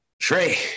Trey